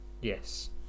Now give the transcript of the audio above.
Yes